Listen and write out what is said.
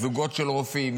זוגות של רופאים,